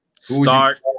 Start